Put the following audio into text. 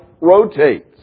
rotates